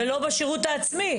ולא בשירות העצמי?